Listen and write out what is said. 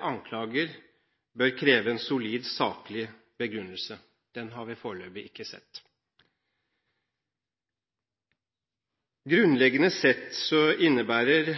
anklager bør kreve en solid, saklig begrunnelse. Den har vi foreløpig ikke sett. Grunnleggende sett innebærer